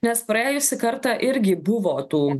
nes praėjusį kartą irgi buvo tų